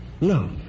No